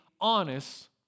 honest